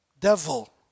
devil